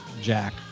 Jack